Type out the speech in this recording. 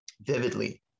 vividly